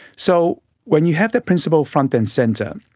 so when you have that principle front and centre,